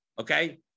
Okay